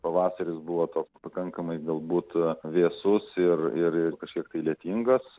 pavasaris buvo toks pakankamai galbūt vėsus ir ir ir kažkiek tai lietingas